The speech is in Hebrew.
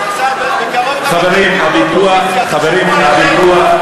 איך הוצאת המפלגות הקטנות תביא לכך ששרים לא יתחלפו?